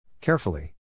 Carefully